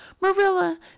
marilla